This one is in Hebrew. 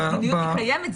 חיסוניות הקיימת,